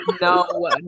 No